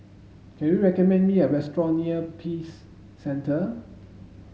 can you recommend me a restaurant near Peace Centre